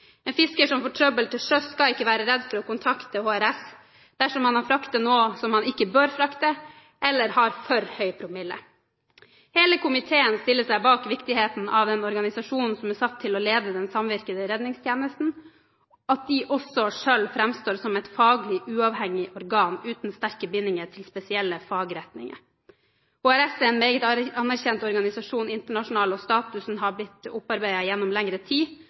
En fisker som får trøbbel til sjøs, skal ikke være redd for å kontakte HRS verken om han frakter noe han ikke bør frakte, eller om han har for høy promille. Hele komiteen stiller seg bak viktigheten av at den organisasjonen som er satt til å lede den samvirkende redningstjenesten, selv framstår som et faglig, uavhengig organ uten sterke bindinger til spesielle fagretninger. HRS er en meget anerkjent organisasjon internasjonalt. Statusen har blitt opparbeidet over lengre tid